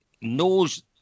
knows